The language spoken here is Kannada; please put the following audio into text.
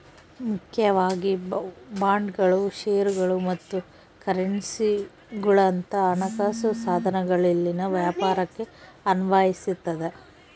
ಮುಖ್ಯವಾಗಿ ಬಾಂಡ್ಗಳು ಷೇರುಗಳು ಮತ್ತು ಕರೆನ್ಸಿಗುಳಂತ ಹಣಕಾಸು ಸಾಧನಗಳಲ್ಲಿನ ವ್ಯಾಪಾರಕ್ಕೆ ಅನ್ವಯಿಸತದ